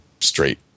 straight